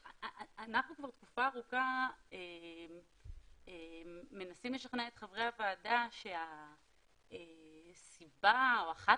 אנחנו כבר תקופה ארוכה מנסים לשכנע את חברי הוועדה שהסיבה או אחת